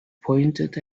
pointed